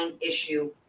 issue